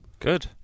Good